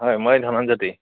হয় মই ধননজ্যোতি